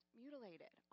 mutilated